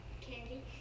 Candy